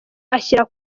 ashyira